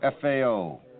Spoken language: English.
FAO